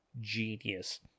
genius